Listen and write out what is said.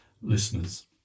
listeners